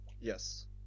Yes